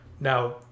now